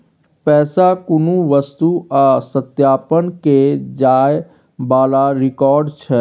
पैसा कुनु वस्तु आ सत्यापन केर जाइ बला रिकॉर्ड छै